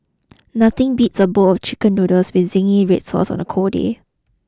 nothing beats a bowl of chicken noodles with zingy red sauce on a cold day